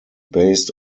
based